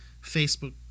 Facebook